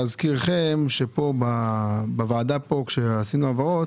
להזכירכם שבוועדה פה כשעשינו העברות